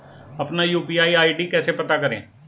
अपना UPI ID कैसे पता करें?